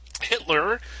Hitler